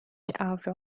avro